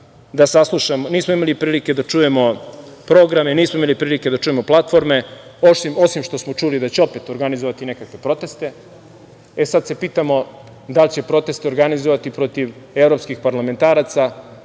Kažem, nismo imali prilike da čujemo programe, nismo imali prilike da čujemo platforme, osim što smo čuli da će opet organizovati nekakve proteste. Sad se pitamo da li će proteste organizovati protiv evropskih parlamentaraca,